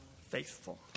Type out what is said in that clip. Faithful